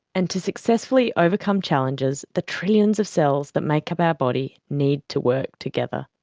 and to successfully overcome challenges, the trillions of cells that make up our body need to work together.